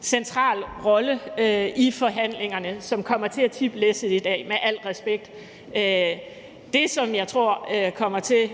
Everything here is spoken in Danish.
central rolle i forhandlingerne, som kommer til at tippe læsset i dag – med al respekt. Det, som jeg tror kommer til